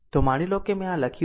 તો માની લો કે મેં આ લખ્યું છે